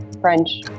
French